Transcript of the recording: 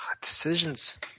Decisions